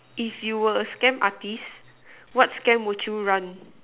if you were a scam artist what scam would you run